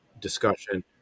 discussion